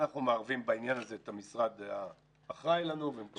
אנחנו מערבים בעניין הזה את המשרד האחראי לנו ומקבלים ממנו סיוע.